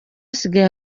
asigaye